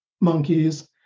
monkeys